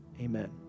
amen